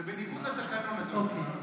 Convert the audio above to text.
זה בניגוד לתקנון, אדוני.